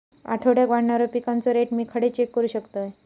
आठवड्याक वाढणारो पिकांचो रेट मी खडे चेक करू शकतय?